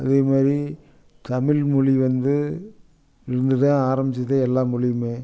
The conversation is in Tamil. அதே மாதிரி தமிழ் மொழி வந்து இங்கே தான் ஆரம்மிச்சிதே எல்லா மொழியுமே